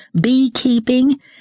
beekeeping